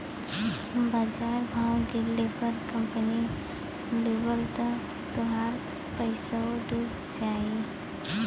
बाजार भाव गिरले पर कंपनी डूबल त तोहार पइसवो डूब जाई